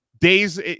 days